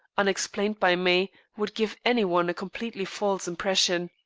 unexplained by me, would give any one a completely false impression.